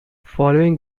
following